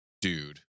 dude